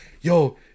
yo